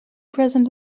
present